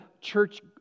church